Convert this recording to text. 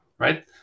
Right